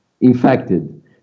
infected